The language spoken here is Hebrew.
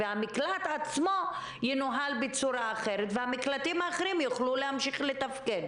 המקלט עצמו ינוהל בצורה אחרת והמקלטים האחרים יוכלו להמשיך לתפקד.